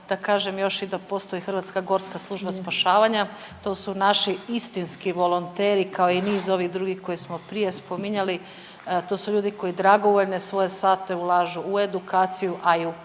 da kažem još da postoji Hrvatska gorska služba spašavanja. To su naši istinski volonteri kao i niz ovih drugih koje smo prije spominjali. To su ljudi koji dragovoljne svoje sate ulažu u edukaciju, a i